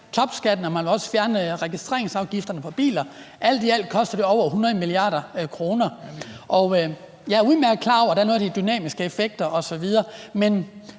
og at man også vil fjerne registreringsafgifterne på biler. Alt i alt koster det over 100 mia. kr. Jeg er udmærket klar over, at der er noget, der hedder dynamiske effekter osv., men